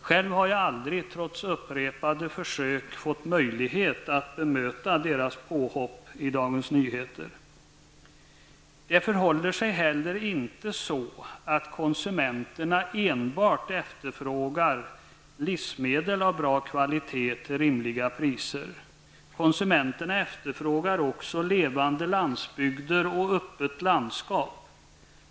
Själv har jag aldrig trots upprepade försök fått möjlighet att bemöta deras påhopp i Dagens Nyheter. Det förhåller sig heller inte så att konsumenterna enbart efterfrågar livsmedel av bra kvalitet till rimliga priser. Konsumenterna efterfrågar också levande landsbygder och öppet landskap.